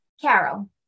carol